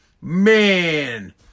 man